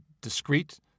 discrete